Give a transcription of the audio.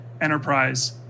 enterprise